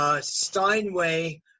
Steinway